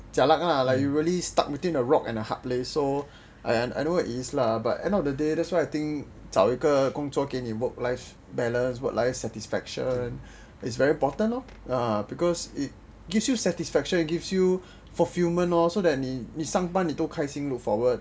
jialat lah like you really stuck between a rock and a hard place so I know what it is lah so at the end of the day that's why I think 找一个工作给你 work life balance work life satisfaction is very important lor because it gives you satisfaction it gives you fulfilment lor so that 你上班可以开心 look forward